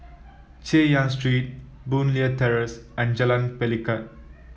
Chay Yan Street Boon Leat Terrace and Jalan Pelikat